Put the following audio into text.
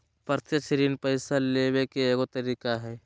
प्रत्यक्ष ऋण पैसा लेबे के एगो तरीका हइ